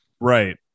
Right